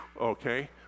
okay